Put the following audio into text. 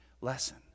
lesson